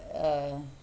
uh